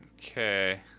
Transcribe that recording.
Okay